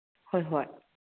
ꯍꯣꯏ ꯍꯣꯏ